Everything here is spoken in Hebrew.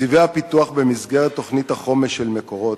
תקציבי הפיתוח במסגרת תוכנית החומש של "מקורות",